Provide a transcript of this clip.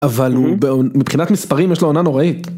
אבל מבחינת מספרים יש לו עונה נוראית.